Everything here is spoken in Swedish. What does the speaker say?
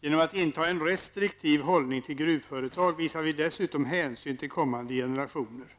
Genom att inta en restriktiv hållning till gruvföretag visar vi även hänsyn till kommande generationer.